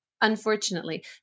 Unfortunately